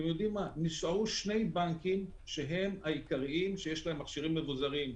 ונשארו שני הבנקים עיקריים שיש להם מכשירים מבוזרים,